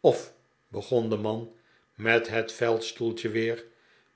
of begon de man met net veldstoeltje weer